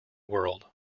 world